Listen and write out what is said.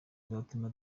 azatuma